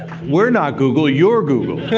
we're not google, you're google.